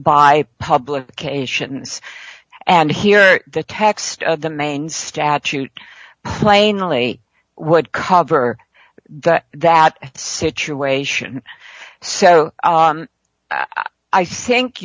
by publications and here the text of the main statute plainly would cover that that situation so i think